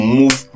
move